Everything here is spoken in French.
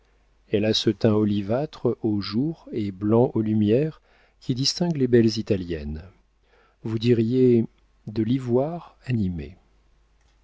elle a ce teint olivâtre au jour et blanc aux lumières qui distingue les belles italiennes vous diriez de l'ivoire animé